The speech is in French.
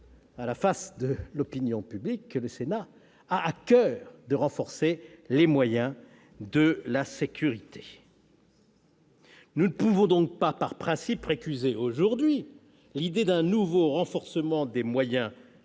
face à l'opinion publique, que le Sénat a à coeur de renforcer les moyens de la sécurité. Nous ne pouvons donc par principe récuser aujourd'hui l'idée d'un nouveau renforcement des moyens